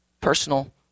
personal